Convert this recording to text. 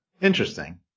Interesting